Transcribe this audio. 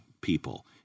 people